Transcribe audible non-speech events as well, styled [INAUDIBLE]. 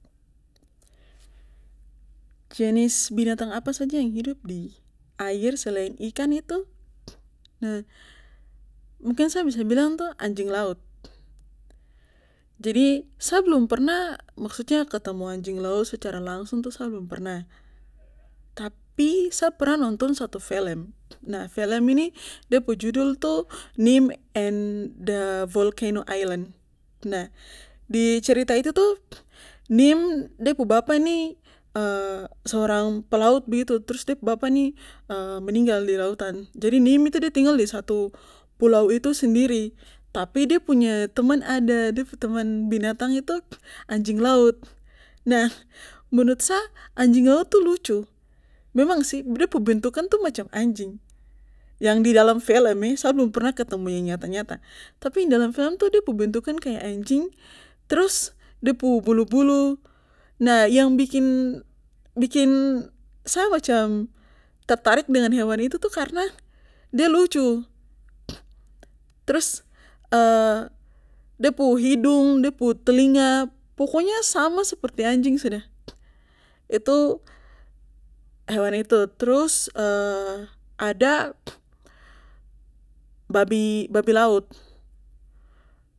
[NOISE] jenis binantang apa saja yang hidup air selain ikan itu mungkin sa bisa bilang itu anjing laut jadi sa belum pernah maksudnya ketemu anjing laut secara langsung tapi sa belum pernah tapi sa pernah nonton satu film nah film ini de pu judul tuh nim and dalvocano island nah di cerita itu tuh nim de pu bapa ini seorang pelaut begitu trus de pu bapa ni [HESITATION] meninggal di lautan jadi nim itu de tinggal di satu pulau itu sendiri tapi de punya teman ada de punya teman binatang itu anjing laut nah menurut sa anjing laut itu lucu memang sih de pu bentukan itu macam anjing yang di dalam film [HESITATION] sa belum pernah ketemu yang nyata nyata tapi yang dalam film tuh de pu bentukan kaya anjing trus de pu bulu bulu yang bikin bikin sa macam tertarik dengan hewan itu karna de de lucu trus [HESITATION] de pu hidung de pu telingga pokoknya sama seperti anjing sudah itu hewan itu trus [HESITATION] ada ada babi laut